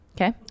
Okay